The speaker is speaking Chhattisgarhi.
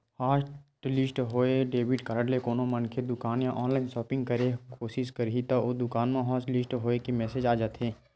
हॉटलिस्ट होए डेबिट कारड ले कोनो मनखे दुकान या ऑनलाईन सॉपिंग करे के कोसिस करही त ओ दुकान म हॉटलिस्ट होए के मेसेज आ जाथे